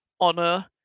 honor